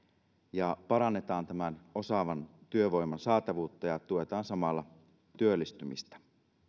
ja parannetaan tämän osaavan työvoiman saatavuutta ja tuetaan samalla työllistymistä